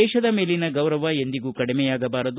ದೇಶದ ಮೇಲಿನ ಗೌರವ ಎಂದಿಗೂ ಕಡಿಮೆಯಾಗಬಾರದು